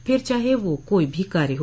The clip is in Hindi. फिर चाहे वह कोई भी कार्य हो